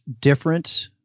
different